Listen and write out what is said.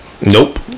Nope